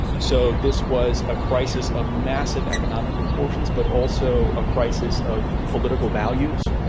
so this was a crisis of massive economic proportions but also a crisis of political values,